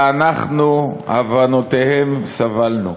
ואנחנו עוונותיהם סבלנו.